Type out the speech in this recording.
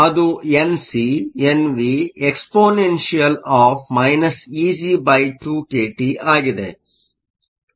ಅದು Nc NV exp Eg2kT ಆಗಿದೆ